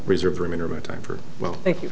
reserved women or whatever well thank you